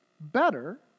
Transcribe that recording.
Better